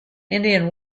indian